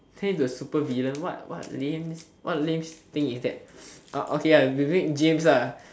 turn into a supervillain what what lame what lame thing is that uh okay we make James ah